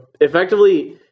effectively